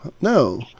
no